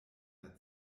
der